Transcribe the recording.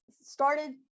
started